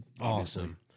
awesome